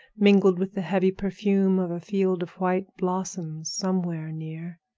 mingled with the heavy perfume of a field of white blossoms somewhere near.